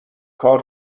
کار